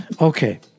Okay